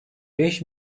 beş